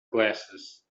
glasses